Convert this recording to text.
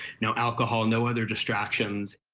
no alcohol, no other distractions.